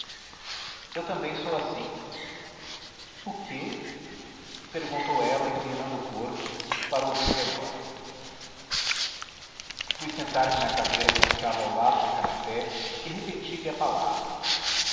eu também sou assim o quê perguntou ela inclinando o corpo para ouvir melhor www nead unama br fui sentar-me na cadeira que ficava ao lado do canapé e repeti-lhe a palavra